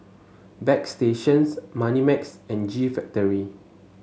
Bagstationz Moneymax and G Factory